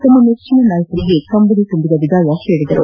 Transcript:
ತಮ್ನ ನೆಚ್ಚಿನ ನಾಯಕನಿಗೆ ಕಂಬನಿ ತುಂಬಿದ ವಿದಾಯ ಹೇಳಿದರು